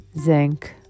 zinc